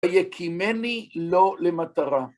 ויקימני לו למטרה.